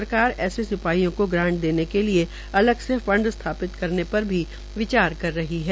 सरकार ऐसे सिपाहियों को ग्रांट के लिए अवग से फंड स्थापित कराने पर भी विचार कर रही है